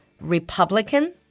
Republican